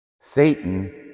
Satan